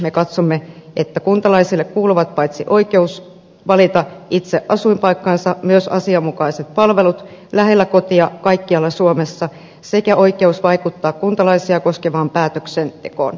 me katsomme että kuntalaisille kuuluvat paitsi oikeus valita itse asuinpaikkansa myös asianmukaiset palvelut lähellä kotia kaikkialla suomessa sekä oikeus vaikuttaa kuntalaisia koskevaan päätöksentekoon